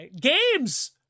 Games